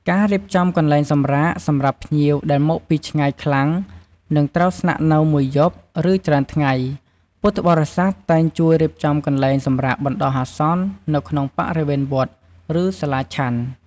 ការគ្រប់គ្រងបរិក្ខារ ពួកគេទទួលបន្ទុកក្នុងការគ្រប់គ្រង និងធានាថាបរិក្ខារចាំបាច់ទាំងអស់ ដូចជាឧបករណ៍ភ្លើង កង្ហារ ជាដើម ដំណើរការបានល្អសម្រាប់ជាប្រយោជន៍ដល់ភ្ញៀវ។